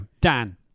Dan